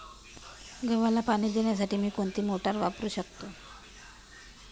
गव्हाला पाणी देण्यासाठी मी कोणती मोटार वापरू शकतो?